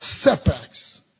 setbacks